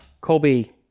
colby